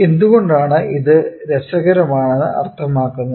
എന്തുകൊണ്ടാണ് ഇത് രസകരമെന്ന് അർത്ഥമാക്കുന്നത്